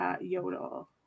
Yodel